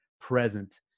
present